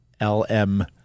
Lm